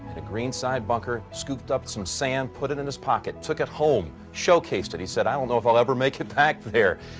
a green side bunker scooped up some sand. put it in his pocket. took it home. showcased at he said i don't know if i'll ever make it back there.